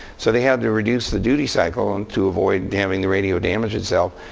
so they had to reduce the duty cycle and to avoid having the radio damages itself,